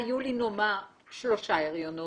היו לי נאמר שלושה הריונות.